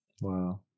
Wow